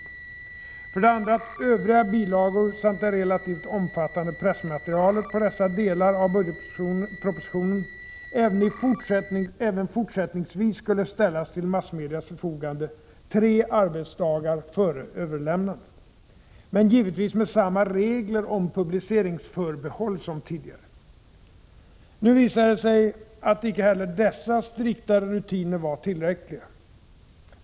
För det andra att övriga bilagor, samt det relativt omfattande pressmaterialet på dessa delar av budgetpropositionen, även fortsättningsvis skulle ställas till massmedias förfogande tre arbetsdagar före överlämnandet — men givetvis med samma regler om publiceringsförbehåll som tidigare. Nu visade det sig att icke heller dessa striktare rutiner var tillräckliga.